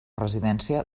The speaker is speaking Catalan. residència